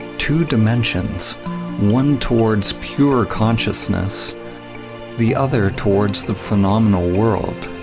two dimensions one towards pure consciousness the other towards the phenomenal world.